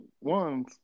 ones